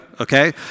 okay